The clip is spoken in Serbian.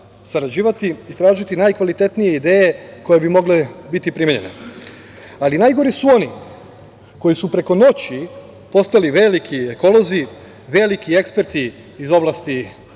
sarađivati i tražiti najkvalitetnije ideje koje bi mogle biti primenjene, ali najgori su oni koji su preko noći postali veliki ekolozi, veliki eksperti iz oblasti